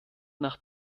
nach